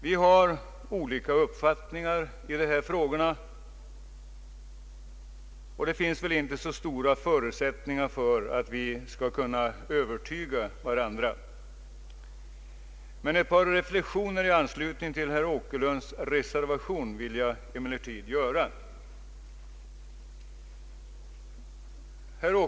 Vi har olika uppfattningar i dessa frågor, och det finns inte stora förutsättningar för att vi skall kunna övertyga varandra. Ett par reflexioner i anslutning till herr Åkerlunds reservation vill jag emellertid göra.